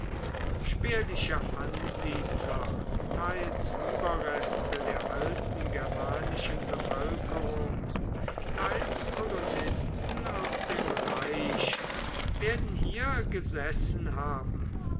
spärliche ansiedler teils überreste der alten germanischen bevölkerung teils kolonisten aus dem reich werden hier gesessen haben